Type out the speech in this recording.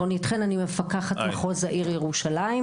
אני מפקחת מחוז העיר ירושלים,